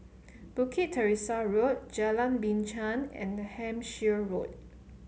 Bukit Teresa Road Jalan Binchang and Hampshire Road